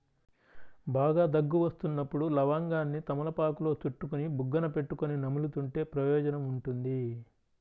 బాగా దగ్గు వస్తున్నప్పుడు లవంగాన్ని తమలపాకులో చుట్టుకొని బుగ్గన పెట్టుకొని నములుతుంటే ప్రయోజనం ఉంటుంది